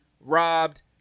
robbed